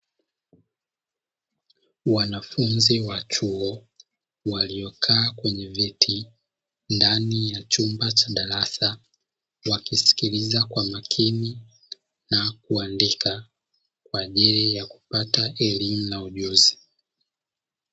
Wanafunzi wa chuo waliokaa kwenye viti ndani ya chumba cha darasa wakisikiliza kwa makini na kuandika kwa ajili ya kupata elimu na ujuzi.